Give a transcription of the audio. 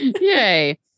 Yay